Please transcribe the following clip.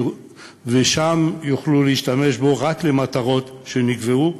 ושם יוכלו להשתמש בו רק למטרות שנקבעו.